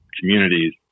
communities